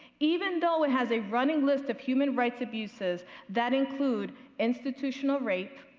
even though it has a running list of human rights abuses that include institutional rape,